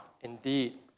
indeed